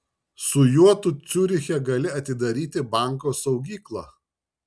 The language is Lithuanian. su juo tu ciuriche gali atidaryti banko saugyklą